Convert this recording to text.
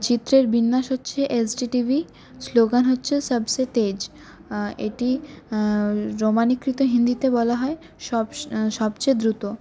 চিত্রের বিন্যাস হচ্ছে এসডি টিভি স্লোগান হচ্ছে সবসে তেজ এটি রোমানীকৃত হিন্দিতে বলা হয় সবচেয়ে দ্রুত